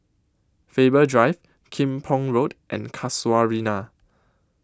Faber Drive Kim Pong Road and Casuarina